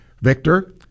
Victor